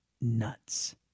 nuts